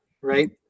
right